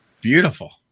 Beautiful